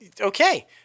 okay